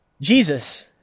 Jesus